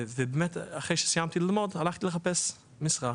ובאמת אחרי שסיימתי ללמוד הלכתי לחפש משרה.